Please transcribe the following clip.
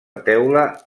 teula